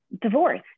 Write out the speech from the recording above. Divorce